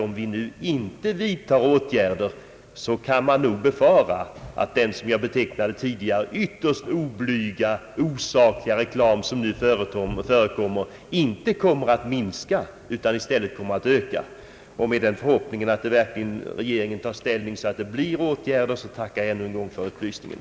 Om vi inte vidtar åtgärder kan man befara att den ytterst oblyga och osakliga reklam som nu förekommer inte kommer att minska utan i stället öka: Med den förhoppningen att regeringen verkligen intar en sådan ställning att åtgärder vidtas tackar jag än en gång för upplysningen.